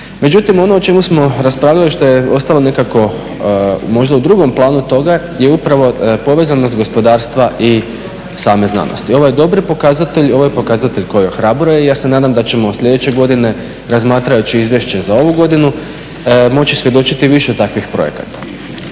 Međutim ono o čemu smo raspravljali, što je ostalo nekako možda u drugom planu toga je upravo povezanost gospodarstva i same znanosti. Ovo je dobri pokazatelj, ovo je pokazatelj koji ohrabruje i ja se nadam da ćemo sljedeće godine razmatrajući izvješće za ovu godinu moći svjedočiti više takvih projekata.